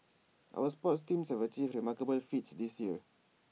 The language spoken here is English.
our sports teams have achieved remarkable feats this year